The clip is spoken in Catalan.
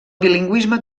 bilingüisme